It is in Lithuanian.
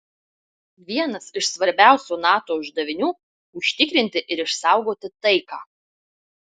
vienas iš svarbiausių nato uždavinių užtikrinti ir išsaugoti taiką